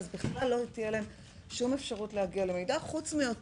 בכלל לא תהיה להם שום אפשרות להגיע למידע מלבד אותו